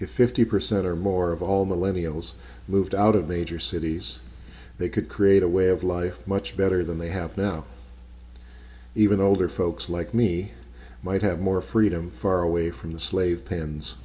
if fifty percent or more of all millennial is moved out of major cities they could create a way of life much better than they have now even older folks like me might have more freedom far away from the slave pens